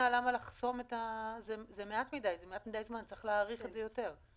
זה מעט מדי זמן, צריך להאריך את זה יותר.